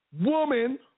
woman